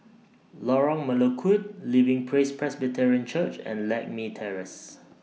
Lorong Melukut Living Praise Presbyterian Church and Lakme Terrace